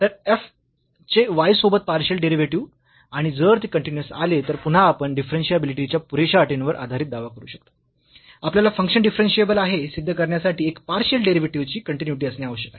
तर f चे y सोबत पार्शियल डेरिव्हेटिव्ह आणि जर ते कन्टीन्यूअस आले तर पुन्हा आपण डिफरन्शियाबिलिटीच्या पुरेशा अटींवर आधारित दावा करू शकतो आपल्याला फंक्शन डिफरन्शियेबल आहे हे सिद्ध करण्यासाठी एक पार्शियल डेरिव्हेटिव्ह ची कन्टीन्यूइटी असणे आवश्यक आहे